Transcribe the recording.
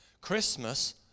Christmas